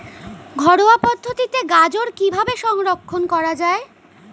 ঘরোয়া পদ্ধতিতে গাজর কিভাবে সংরক্ষণ করা?